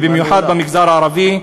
במיוחד במגזר הערבי.